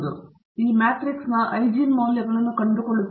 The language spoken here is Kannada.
ಆದ್ದರಿಂದ ಈ ಮ್ಯಾಟ್ರಿಕ್ಸ್ನ ಈಜೆನ್ ಮೌಲ್ಯಗಳನ್ನು ನಾವು ಕಂಡುಕೊಳ್ಳುತ್ತೇವೆ